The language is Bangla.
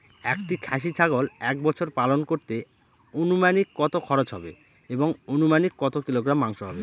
একটি খাসি ছাগল এক বছর পালন করতে অনুমানিক কত খরচ হবে এবং অনুমানিক কত কিলোগ্রাম মাংস হবে?